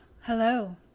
hello